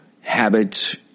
habits